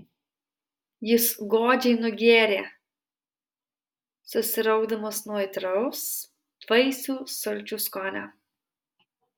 jis godžiai nugėrė susiraukdamas nuo aitraus vaisių sulčių skonio